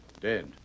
dead